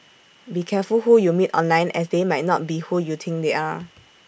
be careful who you meet online as they might not be who you think they are